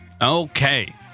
Okay